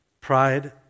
Pride